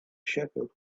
shepherd